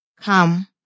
Come